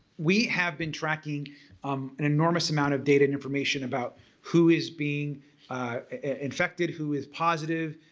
we have been tracking an enormous amount of data and information about who is being infected, who is positive,